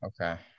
Okay